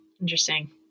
Interesting